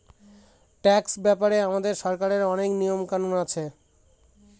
tax ব্যাপারে আমাদের সরকারের অনেক নিয়ম কানুন আছে